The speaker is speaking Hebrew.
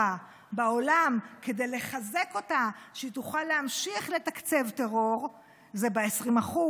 בעולם כדי לחזק אותה שהיא תוכל להמשיך לתקצב טרור זה ב-20%,